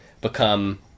become